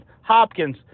Hopkins